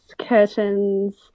curtains